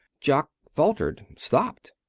jock faltered, stopped.